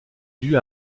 due